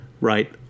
right